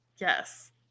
Yes